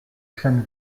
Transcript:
chêne